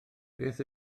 beth